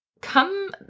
come